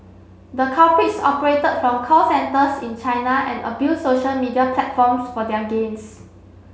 the culprits operated from call centres in China and abused social media platforms for their gains